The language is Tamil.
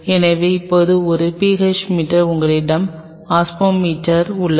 எனவே இப்போது ஒரு PH மீட்டர் உங்களிடம் ஆஸ்மோமீட்டர் உள்ளது